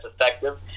effective